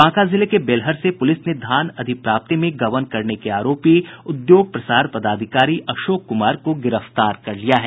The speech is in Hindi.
बांका जिले के बेलहर से पुलिस ने धान अधिप्राप्ति में गबन करने के आरोपी उद्योग प्रसार पदाधिकारी अशोक कुमार को गिरफ्तार कर लिया है